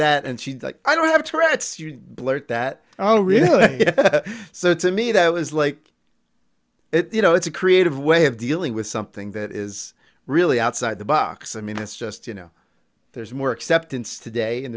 that and she's like i really have to read soon blurt that out really so to me that was like it you know it's a creative way of dealing with something that is really outside the box i mean it's just you know there's more acceptance today and